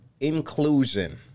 inclusion